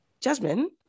Jasmine